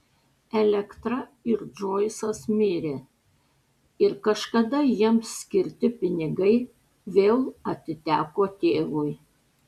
elektra ir džoisas mirė ir kažkada jiems skirti pinigai vėl atiteko tėvui